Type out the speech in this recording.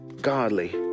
godly